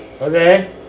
Okay